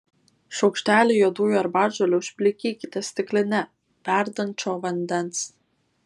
šaukštelį juodųjų arbatžolių užplikykite stikline verdančio vandens